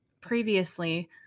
previously